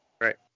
Right